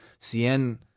Cien